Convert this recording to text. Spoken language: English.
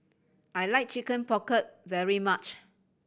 I like Chicken Pocket very much